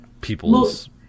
people's